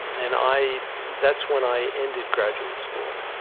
and i that's when i ended graduate school